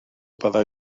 byddai